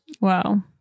Wow